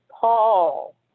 Paul